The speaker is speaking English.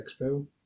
expo